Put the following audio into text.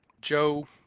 joe